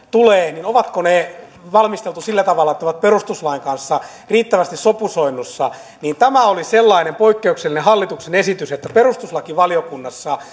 tulee valmisteltu sillä tavalla että ne ovat perustuslain kanssa riittävästi sopusoinnussa niin tämä oli sellainen poikkeuksellinen hallituksen esitys että perustuslakivaliokunnassa